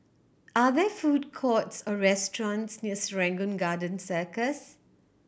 are there food courts or restaurants near Serangoon Garden Circus